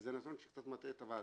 אז זה נתון שקצת מטעה את הוועדה.